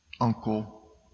uncle